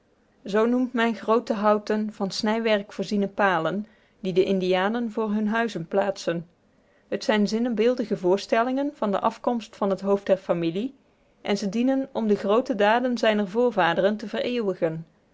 zoo noemt men groote houten van snijwerk voorziene palen die de indianen voor hunne huizen plaatsen het zijn zinnebeeldige voorstellingen van de afkomst van het hoofd der familie en ze dienen om de groote daden zijner voorvaderen te vereeuwigen